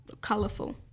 colourful